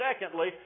secondly